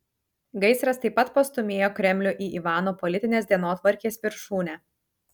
gaisras taip pat pastūmėjo kremlių į ivano politinės dienotvarkės viršūnę